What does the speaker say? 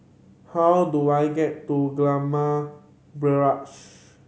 how do I get to Gillman Barracks